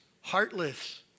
heartless